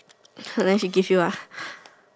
unless he give you ah